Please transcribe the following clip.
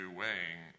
weighing